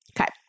Okay